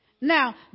Now